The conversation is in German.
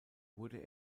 wurde